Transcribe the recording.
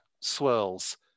swirls